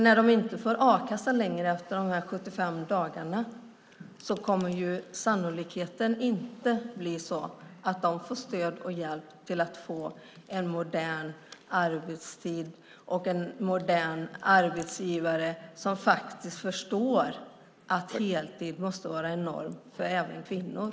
När de inte längre får a-kassa efter de 75 dagarna kommer det sannolikt inte bli så att de får stöd och hjälp för att få en modern arbetstid och en modern arbetsgivare som förstår att heltid måste vara en norm även för kvinnor.